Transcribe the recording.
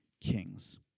kings